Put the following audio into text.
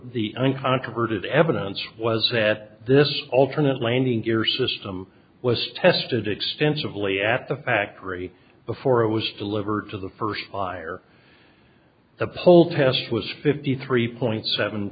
the uncontroverted evidence was set this alternate landing gear system was tested extensively at the factory before it was delivered to the first fire the poll test was fifty three point seven